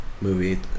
movie